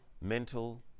mental